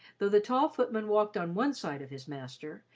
though the tall footman walked on one side of his master,